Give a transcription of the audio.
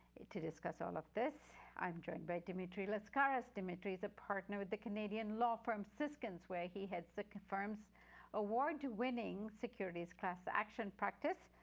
to discuss all of this, i'm joined by dimitri lascaris. dimitri is a partner with the canadian law firm siskinds, where he heads the firm's award-winning securities class action practice.